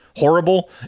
horrible